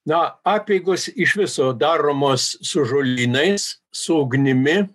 na apeigos iš viso daromos su žolynais su ugnimi